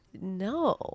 no